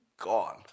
gone